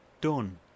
Done